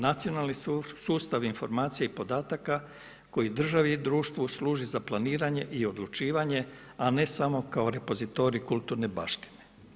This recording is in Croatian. Nacionalni sustav informacije i podataka koji državi i društvu služi za planiranje i odlučivanje a ne samo kao repozitorij kulturne baštine?